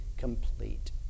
complete